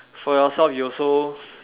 for yourself you also